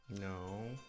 no